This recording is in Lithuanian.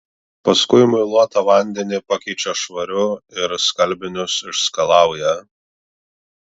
paskui muiluotą vandenį pakeičia švariu ir skalbinius išskalauja